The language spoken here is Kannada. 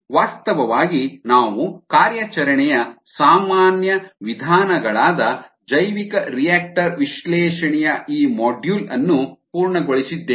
ವಾಸ್ತವವಾಗಿ ನಾವು ಕಾರ್ಯಾಚರಣೆಯ ಸಾಮಾನ್ಯ ವಿಧಾನಗಳಾದ ಜೈವಿಕರಿಯಾಕ್ಟರ್ ವಿಶ್ಲೇಷಣೆಯ ಈ ಮಾಡ್ಯೂಲ್ ಅನ್ನು ಪೂರ್ಣಗೊಳಿಸಿದ್ದೇವೆ